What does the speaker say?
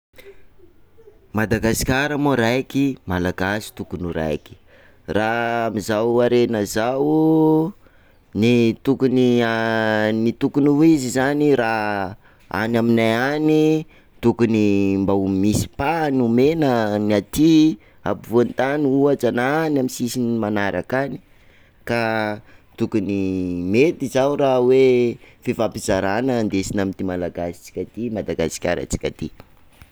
Madagasikara moa raiky, malagasy tokony ho raiky raha amin'izao harena zao, ny tokony an tokony ho izy zany raha aminay any tokony mba ho misy pahany homena ny at ampovoantany ohatra na amin'ny sisiny manaraka any ka tokony mety zao raha hoe fifampizarana no ndesina amty malagasitsika ty- Madagasikaratsika ty